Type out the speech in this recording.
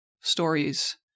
stories